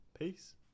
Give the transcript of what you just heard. Peace